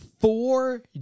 four